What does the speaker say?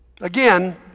Again